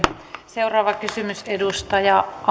seuraava kysymys edustaja